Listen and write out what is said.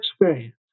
experience